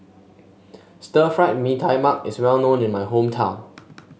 Stir Fried Mee Tai Mak is well known in my hometown